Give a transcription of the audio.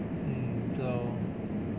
hmm 就